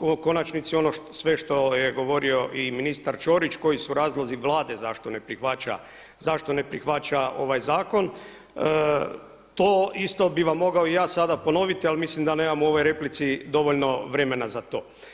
u konačnici ono sve što je govorio i ministar Ćorić koji su razlozi Vlade zašto ne prihvaća ovaj zakon, to isto bi vam mogao i ja sada ponoviti, ali mislim da nemam u ovoj replici dovoljno vremena za to.